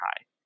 high